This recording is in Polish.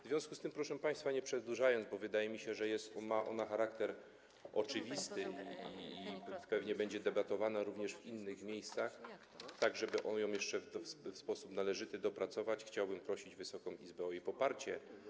W związku z tym proszę państwa, nie przedłużając wystąpienia, bo wydaje mi się, że ta ustawa ma charakter oczywisty i pewnie będzie debatowana również w innych miejscach, tak żeby ją jeszcze w sposób należyty dopracować, chciałbym prosić Wysoką Izbę o poparcie.